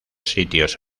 sitios